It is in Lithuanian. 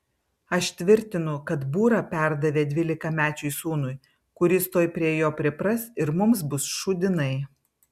aš tvirtinu kad būrą perdavė dvylikamečiui sūnui kuris tuoj prie jo pripras ir mums bus šūdinai